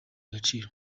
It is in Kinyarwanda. agaciro